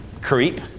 creep